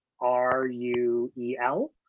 R-U-E-L